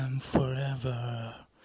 forever